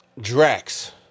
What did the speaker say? Drax